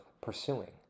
pursuing